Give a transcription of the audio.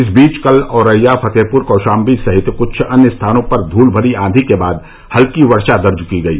इस बीच कल औरैया फतेहपुर कौशाम्बी सहित कुछ अन्य स्थानों पर धूल भरी आंधी के बाद हल्की वर्षा दर्ज की गई